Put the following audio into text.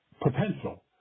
potential